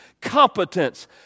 competence